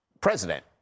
President